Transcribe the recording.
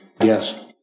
Yes